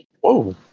Whoa